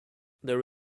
there